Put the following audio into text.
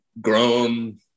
grown